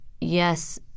yes